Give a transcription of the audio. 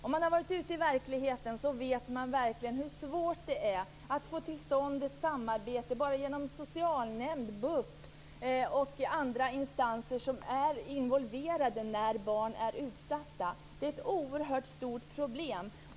Om man har varit ute i verkligheten vet man verkligen hur svårt det är att få till stånd ett samarbete bara genom socialnämnd, BUP och andra instanser som är involverade när barn är utsatta. Det är ett oerhört stort problem.